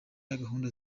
gahunda